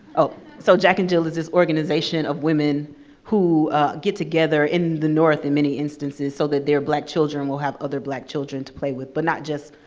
oh, so jack and jill is this organization of women who get together, in the north in many instances, so that their black children will have other black children to play with, but not just